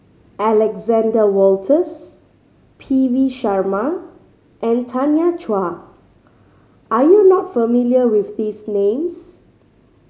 Alexander Wolters P V Sharma and Tanya Chua are you not familiar with these names